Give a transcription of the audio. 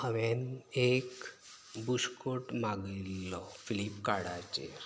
हांवेन एक बुशकोट मागयल्लो फ्लिपकार्टाचेर हय